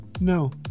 No